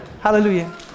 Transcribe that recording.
Hallelujah